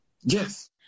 Yes